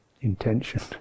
intention